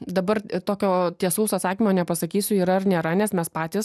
dabar tokio tiesaus atsakymo nepasakysiu yra ar nėra nes mes patys